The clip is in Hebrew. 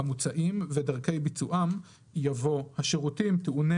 המוצעים ודרכי ביצועם" יבוא "השירותים טעוני